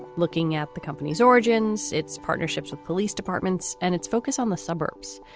looking at the company's origins, its partnerships with police departments and its focus on the suburbs.